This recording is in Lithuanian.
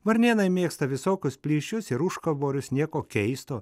varnėnai mėgsta visokius plyšius ir užkaborius nieko keisto